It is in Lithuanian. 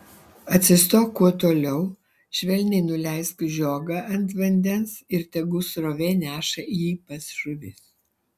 atsistok kuo toliau švelniai nuleisk žiogą ant vandens ir tegu srovė neša jį pas žuvis